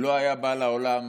לא היה בא לעולם